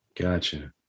Gotcha